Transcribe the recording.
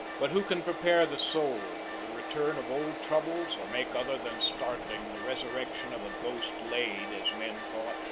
but who can prepare the soul for the return of old troubles or make other than startling the resurrection of a ghost laid, as men thought,